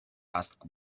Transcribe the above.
asked